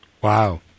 Wow